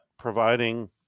providing